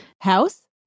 House